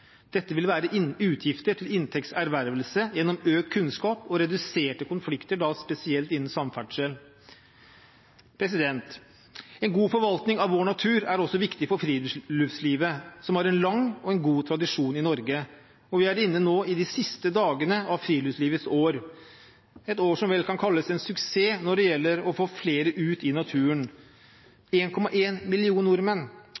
Dette vil være utgifter til inntekts ervervelse gjennom økt kunnskap og reduserte konflikter, da spesielt innen samferdsel. En god forvaltning av vår natur er også viktig for friluftslivet, som har en lang og god tradisjon i Norge. Vi er nå inne i de siste dagene av Friluftslivets år, et år som vel kan kalles en suksess når det gjelder å få flere ut i naturen.